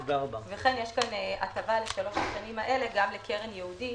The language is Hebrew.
וכן יש כאן הטבה לשלוש השנים האלה גם לקרן ייעודית